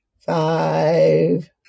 five